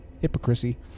hypocrisy